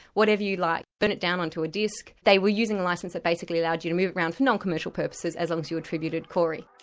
whatever you like, burn it down onto a disc, they were using a licence that basically allowed you to move it around for non-commercial purposes as long as you attributed cory.